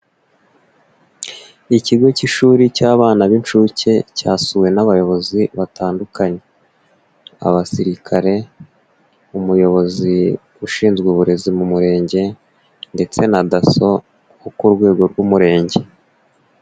Ikigo cy'ishuri cy'abana b'incuke, cyasuwe n'abayobozi batandukanye. Abasirikare, umuyobozi ushinzwe uburezi mu murenge, ndetse na DASSO wo ku rwego rw'umurenge.